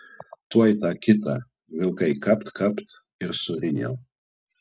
tuoj tą kitą vilkai kapt kapt ir surijo